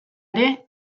ere